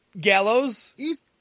Gallows